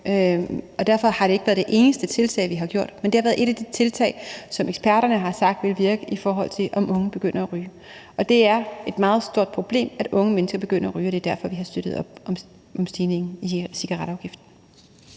derfor har det ikke været det eneste tiltag, vi har gjort, men det har været et af de tiltag, som eksperterne har sagt ville virke, i forhold til om unge vil begynde at ryge. Det er et meget stort problem, at unge mennesker begynder at ryge, og det er derfor, vi har støttet op om stigningen i cigaretafgiften.